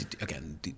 again